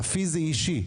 הפיסי-אישי.